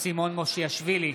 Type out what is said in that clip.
סימון מושיאשוילי,